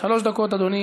לך, אדוני